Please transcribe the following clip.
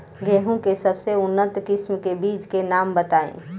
गेहूं के सबसे उन्नत किस्म के बिज के नाम बताई?